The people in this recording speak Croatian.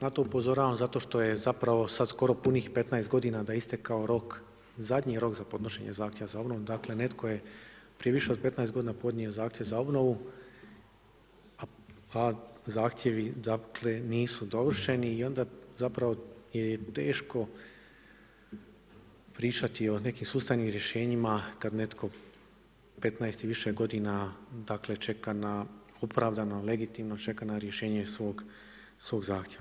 Na to upozoravam zato što je zapravo sad skoro punih 15 godina da je istekao rok zadnji rok za podnošenje zahtjeva za obnovu, dakle, netko je prije više od 15 godina podnio zahtjev za obnovu, a zahtjevi dakle, nisu dovršeni i onda zapravo je teško pričati o nekim sustavnim rješenjima kad netko 15 i više godina čeka na opravdano, legitimno čeka na rješenje svog zahtjeva.